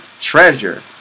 Treasure